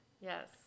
Yes